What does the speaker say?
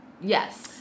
yes